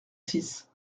six